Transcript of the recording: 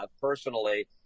personally